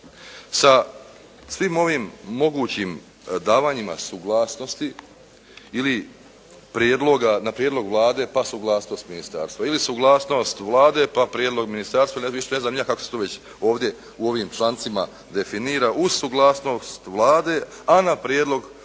sa svim ovim mogućim davanjima suglasnosti ili prijedloga, na prijedlog Vlade pa suglasnost ministarstva ili suglasnost Vlade pa prijedlog ministarstva ne znam ni ja kako se to već ovdje u ovim člancima definira, uz suglasnost Vlade, a na prijedlog ministar